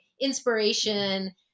inspiration